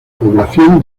población